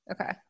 okay